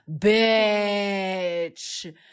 bitch